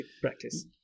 practice